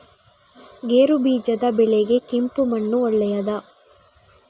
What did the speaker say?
ಗೇರುಬೀಜದ ಬೆಳೆಗೆ ಕೆಂಪು ಮಣ್ಣು ಒಳ್ಳೆಯದಾ?